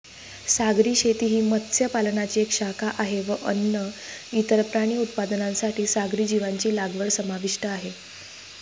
सागरी शेती ही मत्स्य पालनाची एक शाखा आहे व अन्न, इतर प्राणी उत्पादनांसाठी सागरी जीवांची लागवड समाविष्ट आहे